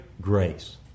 grace